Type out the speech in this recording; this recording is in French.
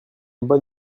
bon